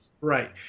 Right